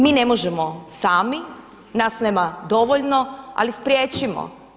Mi ne možemo sami, nas nema dovoljno, ali spriječimo.